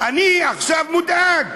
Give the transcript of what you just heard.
אני עכשיו מודאג.